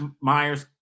Myers